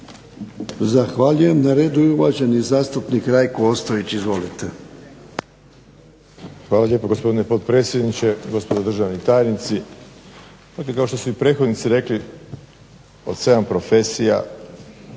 Zahvaljujem. Na redu je uvaženi zastupnik Rajko Ostojić. Izvolite.